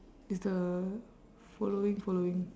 it's the following following